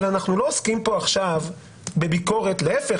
אבל אנחנו לא עוסקים פה עכשיו בביקורת להפך,